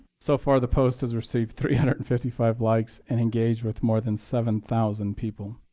so far, the post has received three hundred and fifty five likes and engaged with more than seven thousand people.